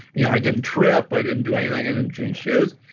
yeah i didn't trip, i didn't do anything, i didn't change shoes.